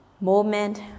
moment